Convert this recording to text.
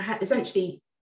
essentially